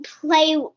play